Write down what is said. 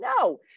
No